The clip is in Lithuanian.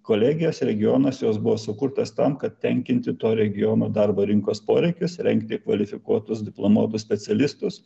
kolegijos regionas jos buvo sukurtos tam kad tenkinti to regiono darbo rinkos poreikius rengti kvalifikuotus diplomuotus specialistus